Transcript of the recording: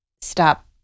stop